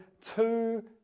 two